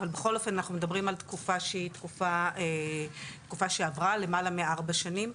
אבל בכל אופן אנחנו מדברים על תקופה שהיא תקופה שעברה מעל לארבע שנים.